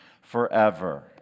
forever